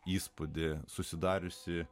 įspūdį susidariusį